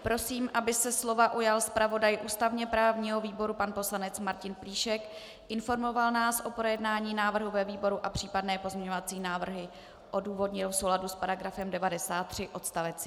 Prosím, aby se slova ujal zpravodaj ústavněprávního výboru pan poslanec Martin Plíšek, informoval nás o projednání návrhu ve výboru a případné pozměňovací návrhy odůvodnil v souladu s § 93 odst.